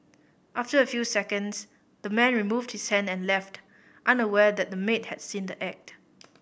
after a few seconds the man removed his hand and left unaware that the maid had seen the act